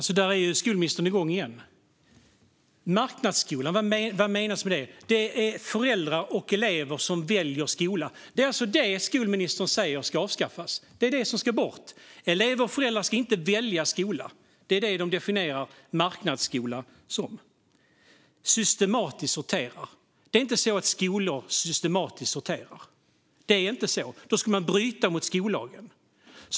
Fru talman! Nu är skolministern igång igen. Marknadsskola - vad menas med det? Det är föräldrar och elever som väljer skola. Det är alltså det skolministern säger ska avskaffas. Det är det som ska bort. Elever och föräldrar ska inte välja skola, för det är det Socialdemokraterna definierar som marknadsskola. Systematiskt sorterar, säger skolministern. Det är inte så att skolor systematiskt sorterar. Om det vore så skulle de bryta mot skollagen.